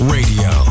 Radio